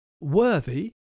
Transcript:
worthy